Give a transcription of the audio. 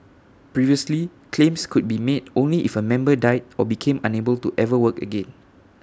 previously claims could be made only if A member died or became unable to ever work again